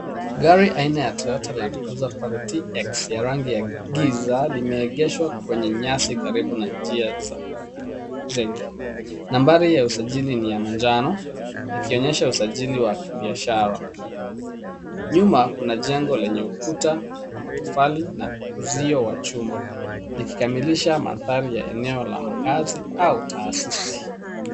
Gari aina ya Toyota Land Cruiser Prado TX ya rangi ya giza limeegeshwa kwenye nyasi karibu na njia za zegi. Nambari ya usajili ni manjano ikionyesha usajili wa kibiashara. Nyuma kuna jengo lenye ukuta wa matofali na uzio wa chuma, likikamilisha mandhari ya eneo ya makazi au taasisi.